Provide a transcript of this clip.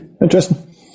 interesting